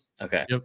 Okay